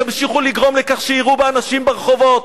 תמשיכו לגרום לכך שיירו באנשים ברחובות,